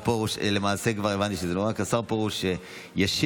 למעשה כבר הבנתי שזה, השר פרוש ישיב.